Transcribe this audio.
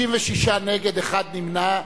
56 נגד, נמנע אחד.